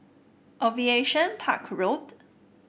Aviation Park Road